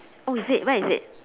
oh is it where is it